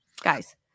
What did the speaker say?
Guys